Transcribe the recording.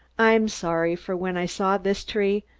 i'm sorry, for when i saw this tree,